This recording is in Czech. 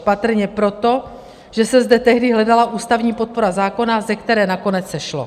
Patrně proto, že se zde tehdy hledala ústavní podpora zákona, ze které nakonec sešlo.